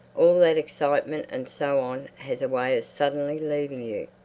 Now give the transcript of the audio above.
all that excitement and so on has a way of suddenly leaving you,